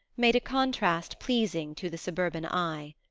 made a contrast pleasing to the suburban eye.